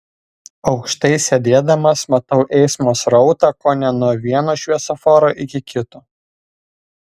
aukštai sėdėdamas matau eismo srautą kone nuo vieno šviesoforo iki kito